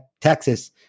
Texas